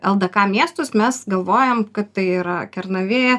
ldk miestus mes galvojam kad tai yra kernavė